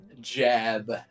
jab